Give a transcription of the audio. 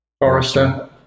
Forrester